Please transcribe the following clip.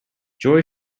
joy